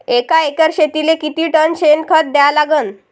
एका एकर शेतीले किती टन शेन खत द्या लागन?